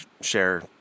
share